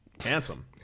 Handsome